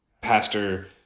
pastor